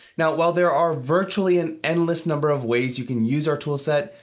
now while there are virtually an endless number of ways you can use our toolset,